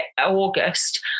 August